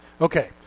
Okay